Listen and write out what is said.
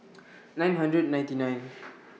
nine hundred and ninety nine